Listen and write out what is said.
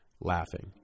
laughing